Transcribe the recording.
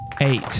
Eight